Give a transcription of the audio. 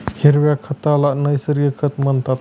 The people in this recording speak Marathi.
हिरव्या खताला नैसर्गिक खत म्हणतात